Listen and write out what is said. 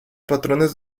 patrones